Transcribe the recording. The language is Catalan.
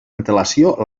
antelació